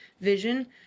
vision